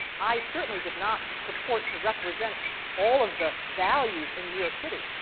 i certainly did not purport to represent all of the values in new york city.